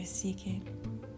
seeking